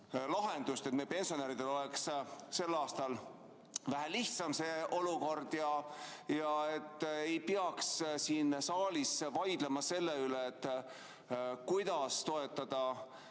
et meie pensionäridel oleks sel aastal vähe lihtsam see olukord, ja et ei peaks siin saalis vaidlema selle üle, kuidas toetada,